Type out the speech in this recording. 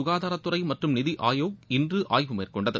சுகாதாரத்துறை மற்றும் நிதி ஆயோக் இன்று ஆய்வு மேற்கொண்டது